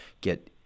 get